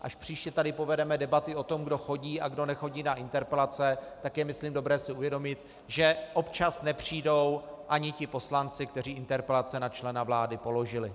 Až příště tady povedeme debaty o tom, kdo chodí a kdo nechodí na interpelace, tak je myslím dobré si uvědomit, že občas nepřijdou ani ti poslanci, kteří interpelace na člena vlády položili.